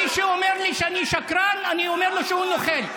מי שאומר לי שאני שקרן, אני אומר לו שהוא נוכל.